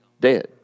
dead